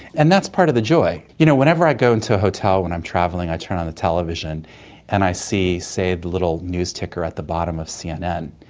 and that's part of the joy. you know, whenever i go into a hotel when i'm travelling and i turn on the television and i see, say, the little news ticker at the bottom of cnn.